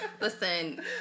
listen